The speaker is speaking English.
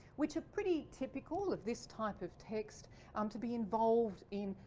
which are pretty typical of this type of text um to be involved in,